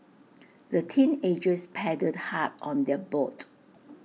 the teenagers paddled hard on their boat